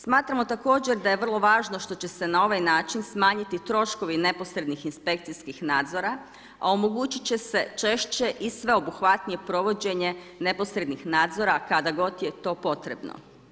Smatramo također da je vrlo važno što će se na ovaj način smanjiti troškovi neposrednih inspekcijskih nadzora, a omogućit će se češće i sveobuhvatnije provođenje neposrednih nadzora kada god je to potrebno.